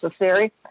necessary